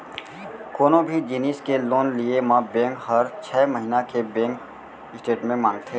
कोनों भी जिनिस के लोन लिये म बेंक हर छै महिना के बेंक स्टेटमेंट मांगथे